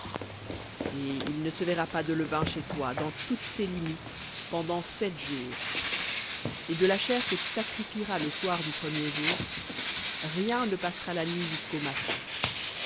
et il ne se verra pas de levain chez toi dans toutes tes limites pendant sept jours et de la chair que tu sacrifieras le soir du premier jour rien ne passera la nuit jusqu'au matin